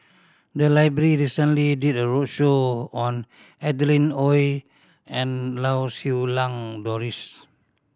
the library recently did a roadshow on Adeline Ooi and Lau Siew Lang Doris